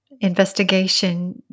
investigation